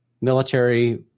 Military